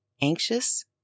Anxious